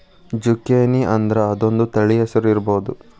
ಜುಕೇನಿಅಂದ್ರ ಅದೊಂದ ತಳಿ ಹೆಸರು ಇರ್ಬಹುದ